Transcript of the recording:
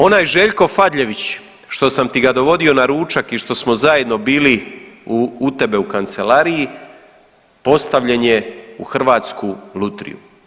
Onaj Željko Fadljević što sam ti ga dovodio na ručak i što smo zajedno bili u tebe u kancelariji postavljen je u Hrvatsku lutriju“